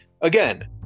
Again